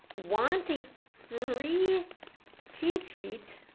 want a free cheat sheet